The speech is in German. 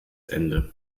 ende